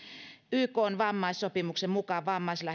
ykn vammaissopimuksen mukaan vammaisilla